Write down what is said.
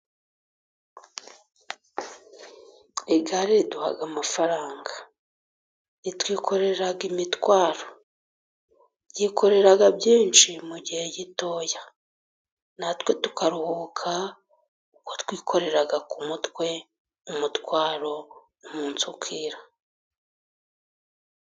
Igare riduha amafaranga ritwikorera imitwaro yikorera byinshi mu gihe gitoya natwe tukaruhuka, kuko twikoreraga ku mutwe umutwaro ,umunsi ukira.